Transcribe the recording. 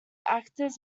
actors